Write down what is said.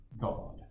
God